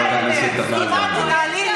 עומדת מאחורי זה הסיבה להפיל ראש ממשלה,